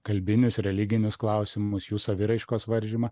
kalbinius religinius klausimus jų saviraiškos varžymą